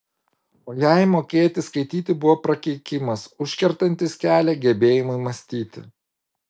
o jai mokėti skaityti buvo prakeikimas užkertantis kelią gebėjimui mąstyti